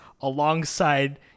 alongside